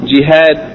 Jihad